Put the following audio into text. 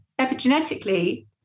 epigenetically